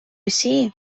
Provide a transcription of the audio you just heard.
росії